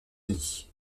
unis